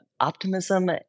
optimism